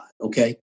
Okay